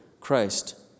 Christ